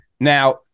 now